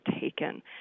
taken